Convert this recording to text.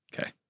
Okay